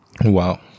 Wow